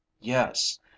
yes